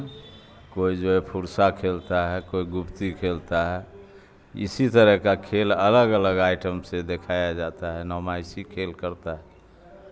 کوئی جو ہے فرسہ کھیلتا ہے کوئی گپتی کھیلتا ہے اسی طرح کا کھیل الگ الگ آئٹم سے دکھایا جاتا ہے نمائشی کھیل کرتا ہے